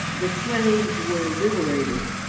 the slaves were liberated